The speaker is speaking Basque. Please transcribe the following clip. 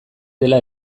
dela